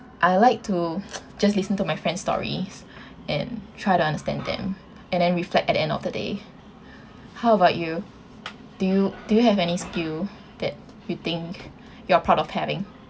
I like to just listen to my friend stories and try to understand them and then reflect at end of the day how about you do you do you have any skill that you think you're proud of having